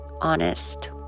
honest